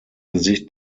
gesicht